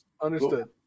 Understood